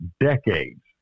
Decades